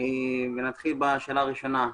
אתחיל בשאלה הראשונה.